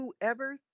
whoever